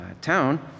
town